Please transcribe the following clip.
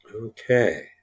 Okay